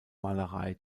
malerei